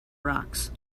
rocks